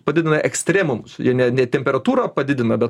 padidina ekstremumus ir ne ne temperatūrą padidina bet